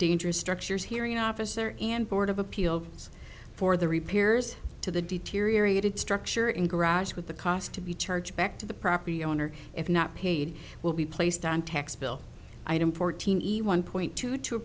dangerous structures hearing officer and board of appeals for the repairs to the deteriorated structure in garage with the cost to be charged back to the property owner if not paid will be placed on tax bill item fortini one point two two